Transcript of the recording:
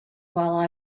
while